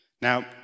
Now